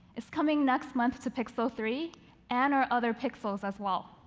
it's coming next month to pixel three and our other pixels as well.